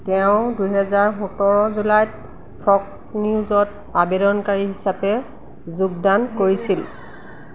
তেওঁ দুহেজাৰ সোতৰ জুলাইত ফক নিউজত আৱেদনকাৰী হিচাপে যোগদান কৰিছিল